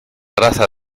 raza